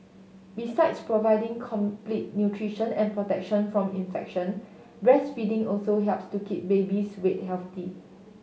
besides providing complete nutrition and protection from infection breastfeeding also helps to keep baby's weight healthy